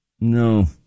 No